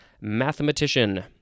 mathematician